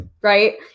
right